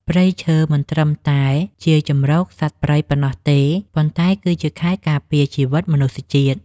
ព្រៃឈើមិនត្រឹមតែជាជម្រកសត្វព្រៃប៉ុណ្ណោះទេ ប៉ុន្តែគឺជាខែលការពារជីវិតមនុស្សជាតិ។